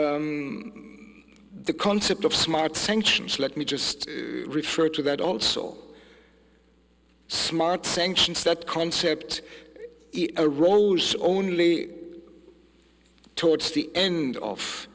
the concept of smart sanctions let me just refer to that also smart sanctions that concept a rolls only towards the end